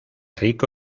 rico